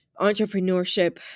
entrepreneurship